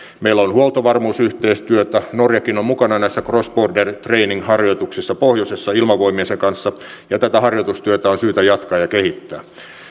meillä on huoltovarmuusyhteistyötä norjakin on mukana näissä cross border training harjoituksissa pohjoisessa ilmavoimiensa kanssa ja tätä harjoitustyötä on syytä jatkaa ja kehittää